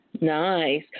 Nice